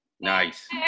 nice